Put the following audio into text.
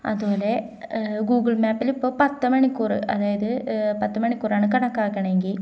അതുപോലെ ഗൂഗിൾ മാപ്പിലിപ്പോള് പത്തു മണിക്കൂര് അതായത് പത്തു മണിക്കൂറാണു കണക്കാക്കുന്നതെങ്കില്